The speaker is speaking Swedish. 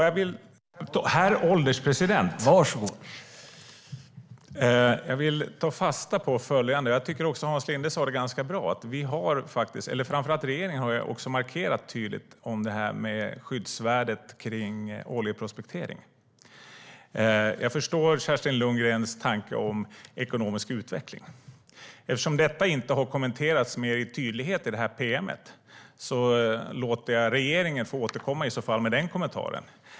Herr ålderspresident! Jag vill ta fasta på följande, och jag tycker att Hans Linde sa det ganska bra. Framför allt regeringen har markerat tydligt när det gäller skyddsvärdet kring oljeprospektering. Jag förstår Kerstin Lundgrens tanke om ekonomisk utveckling. Eftersom detta inte har kommenterats med tydlighet i pm:et låter jag regeringen få återkomma med den kommentaren.